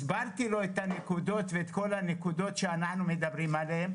הסברתי לו את הנקודות שאנחנו מדברים עליהם,